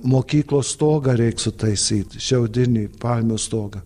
mokyklos stogą reik sutaisyti šiaudinį palmių stogą